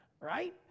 Right